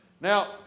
Now